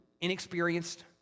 inexperienced